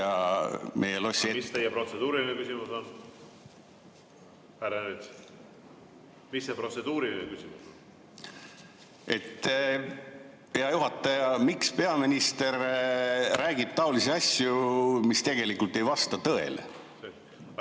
mis teie protseduuriline küsimus on? Härra Ernits, mis see protseduuriline küsimus on? Hea juhataja, miks peaminister räägib taolisi asju, mis tegelikult ei vasta tõele?